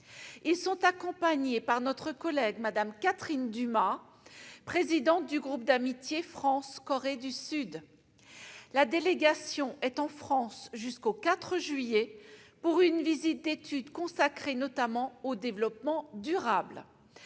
Ils sont accompagnés par notre collègue Mme Catherine Dumas, présidente du groupe d'amitié France-Corée du Sud. La délégation est en France jusqu'au 4 juillet, pour une visite d'étude consacrée, notamment, au développement durable.